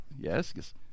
Yes